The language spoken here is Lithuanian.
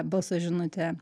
balso žinutę